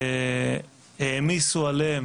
העמיסו עליהם